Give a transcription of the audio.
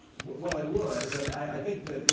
well, it would. but i think that, you